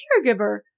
caregiver